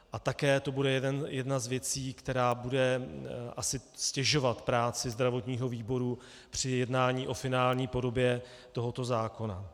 A také to bude jedna z věcí, která bude asi ztěžovat práci zdravotního výboru při jednání o finální podobě tohoto zákona.